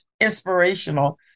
inspirational